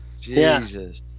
Jesus